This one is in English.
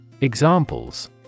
Examples